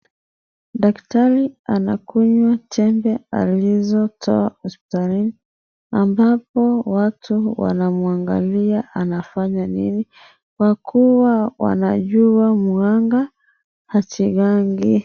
Daktari anakunywa tembe alizotoa hospitalini ambapo watu wanamwangalia anafanya nini kwa kuwa wanajua mganga hachezangi.